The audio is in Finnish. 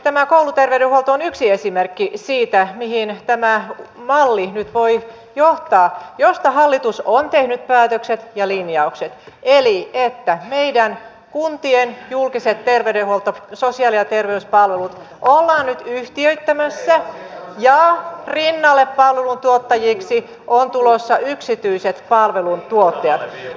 tämä kouluterveydenhuolto on yksi esimerkki siitä mihin tämä malli josta hallitus on tehnyt päätökset ja linjaukset voi nyt johtaa eli meidän kuntien julkiset sosiaali ja terveyspalvelut ollaan nyt yhtiöittämässä ja rinnalle palveluntuottajiksi ovat tulossa yksityiset palveluntuottajat